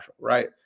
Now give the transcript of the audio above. right